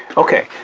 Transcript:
okay.